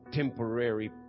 temporary